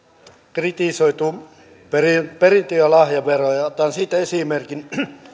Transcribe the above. kritisoitu perintö ja lahjaveroa ja otan siitä esimerkin